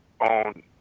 on